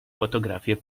fotografie